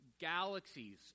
galaxies